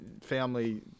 family